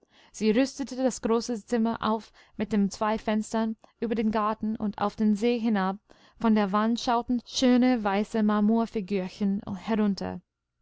sie rüstete das große zimmer auf mit den zwei fenstern über den garten und auf den see hinab von der wand schauten schöne weiße marmorfigürchen herunter